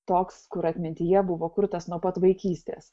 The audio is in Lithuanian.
toks kur atmintyje buvo kurtas nuo pat vaikystės